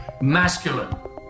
masculine